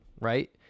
right